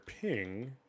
Ping